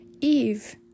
Eve